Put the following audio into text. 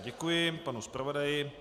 Děkuji panu zpravodaji.